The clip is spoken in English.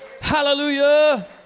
Hallelujah